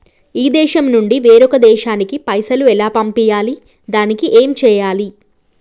ఈ దేశం నుంచి వేరొక దేశానికి పైసలు ఎలా పంపియ్యాలి? దానికి ఏం చేయాలి?